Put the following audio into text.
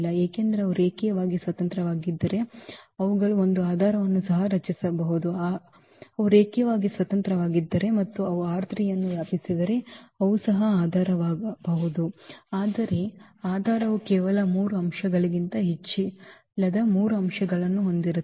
ಏಕೆಂದರೆ ಅವು ರೇಖೀಯವಾಗಿ ಸ್ವತಂತ್ರವಾಗಿದ್ದರೆ ಅವುಗಳು ಒಂದು ಆಧಾರವನ್ನು ಸಹ ರಚಿಸಬಹುದು ಅವು ರೇಖೀಯವಾಗಿ ಸ್ವತಂತ್ರವಾಗಿದ್ದರೆ ಮತ್ತು ಅವು ಅನ್ನು ವ್ಯಾಪಿಸಿದರೆ ಅವು ಸಹ ಆಧಾರವಾಗಬಹುದು ಆದರೆ ಆಧಾರವು ಕೇವಲ 3 ಅಂಶಗಳಿಗಿಂತ ಹೆಚ್ಚಿಲ್ಲದ 3 ಅಂಶಗಳನ್ನು ಹೊಂದಿರುತ್ತದೆ